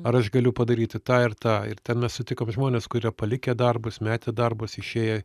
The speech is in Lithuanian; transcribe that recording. ar aš galiu padaryti tą ir tą ir ten mes sutikom žmones kurie palikę darbus metę darbus išėja